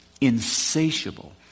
insatiable